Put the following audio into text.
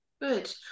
Good